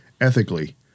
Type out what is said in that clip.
Ethically